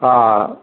हा